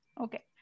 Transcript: okay